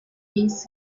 days